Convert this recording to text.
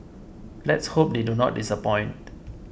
let's hope they do not disappoint